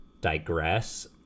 digress